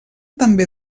també